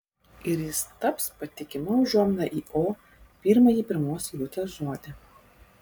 ir jis taps patikima užuomina į o pirmąjį pirmos eilutės žodį